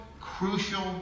crucial